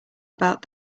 about